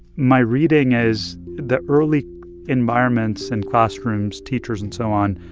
my reading is that early environments and classrooms, teachers and so on,